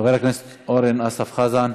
חבר הכנסת אורן אסף חזן,